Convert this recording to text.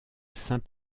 saint